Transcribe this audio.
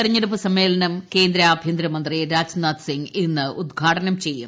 തെരഞ്ഞെടുപ്പ് സമ്മേളനം കേന്ദ്ര ആഭ്യന്തരമന്ത്രി രാജ്നാഥ് സിംഗ് ഇന്ന് ഉദ്ഘാടനം ചെയ്യും